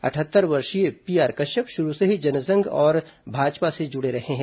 अटहत्तर वर्षीय पीआर कश्यप शुरू से ही जनसंघ और भाजपा से जुड़े रहे हैं